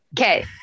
Okay